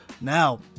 Now